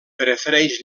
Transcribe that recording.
prefereix